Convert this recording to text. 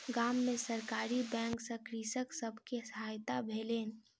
गाम में सरकारी बैंक सॅ कृषक सब के सहायता भेलैन